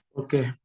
okay